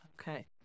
Okay